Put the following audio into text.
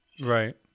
right